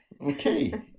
Okay